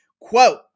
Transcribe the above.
Quote